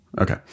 Okay